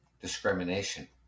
Discrimination